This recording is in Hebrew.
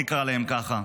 נקרא להן ככה.